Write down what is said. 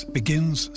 begins